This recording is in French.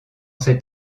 cet